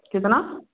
कितना